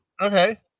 Okay